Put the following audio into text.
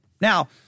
Now